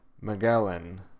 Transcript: Magellan